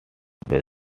facing